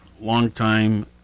longtime